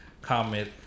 comment